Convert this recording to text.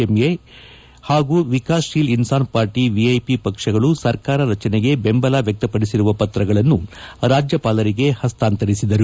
M ಹಾಗೂ Vikassheel Insaan party VIP ಪಕ್ಷಗಳು ಸರ್ಕಾರ ರಚನೆಗೆ ಬೆಂಬಲ ವ್ಯಕ್ತಪಡಿಸಿರುವ ಪತ್ರಗಳನ್ನು ರಾಜ್ಯಪಾಲರಿಗೆ ಹಸ್ತಾಂತರಿಸಿದರು